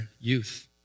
youth